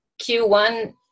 Q1